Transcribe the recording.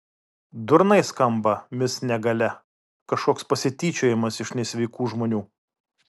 durnai skamba mis negalia kažkoks pasityčiojimas iš nesveikų žmonių